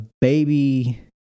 baby